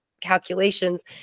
calculations